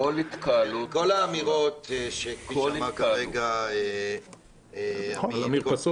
כל האמירות שאמר כרגע עמית,